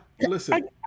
listen